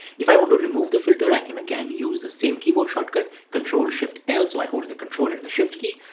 if i want to remove the filter, i can again use the same keyboard shortcut, control shift l, so i hold the control and the shift key,